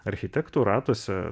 architektų ratuose